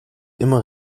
immer